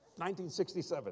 1967